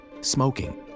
smoking